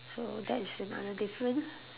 so that is another different